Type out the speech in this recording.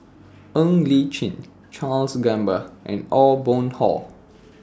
Ng Li Chin Charles Gamba and Aw Boon Haw